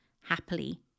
happily